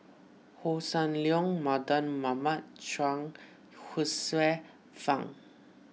Hossan Leong Mardan Mamat Chuang Hsueh Fang